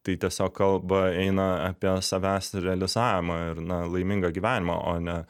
tai tiesiog kalba eina apie savęs realizavimą ir na laimingą gyvenimą o ne